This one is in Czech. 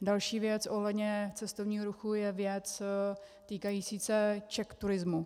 Další věc ohledně cestovního ruchu je věc týkající se CzechTourismu.